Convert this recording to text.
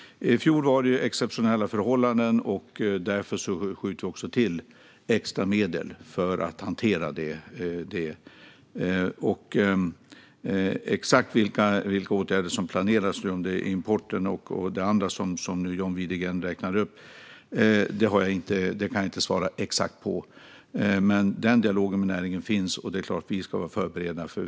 I fjol var det exceptionella förhållanden, och därför skjuter vi till extra medel för att hantera detta. Jag kan inte svara på exakt vilka åtgärder som planeras för importen och det andra som John Widegren räknar upp. Men det finns en sådan dialog med näringen, och vi ska vara förberedda.